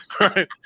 right